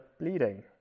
bleeding